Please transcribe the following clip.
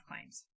claims